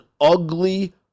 ugly